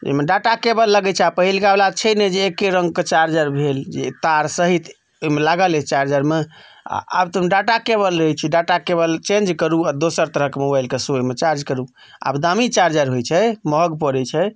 एहिमे data cable लगैत छै आ पहिलकावला छै नहि जे एके रङ्गके चार्जर भेल जे तार सहित ओहिमे लागल अछि चार्जरमे आ आब तऽ ओहिमे डाटा केबल रहैत छै डाटा केबल चेंज करू आ दोसर तरहक मोबाइलके सेहो ओहिमे चार्ज करू आब दामी चार्जर होइत छै महग पड़ैत छै